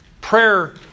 prayer